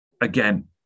again